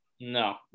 No